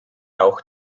auch